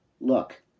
Look